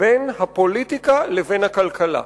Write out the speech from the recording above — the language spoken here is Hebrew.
בין הפוליטיקה לבין הכלכלה.